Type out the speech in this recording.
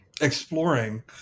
exploring